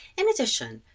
in addition,